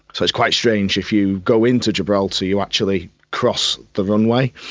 so it's quite strange, if you go into gibraltar you actually cross the runway.